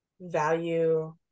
value